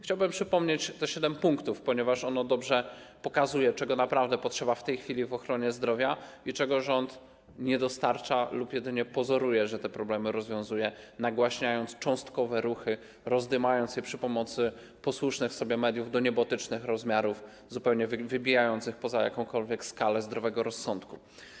Chciałbym przypomnieć te siedem punktów, ponieważ one dobrze pokazują, czego naprawdę potrzeba w tej chwili w ochronie zdrowia i czego rząd nie dostarcza lub jedynie pozoruje, że te problemy rozwiązuje, nagłaśniając cząstkowe ruchy, rozdymając je przy pomocy posłusznych sobie mediów do niebotycznych rozmiarów, zupełnie wybijających poza jakąkolwiek skalę zdrowego rozsądku.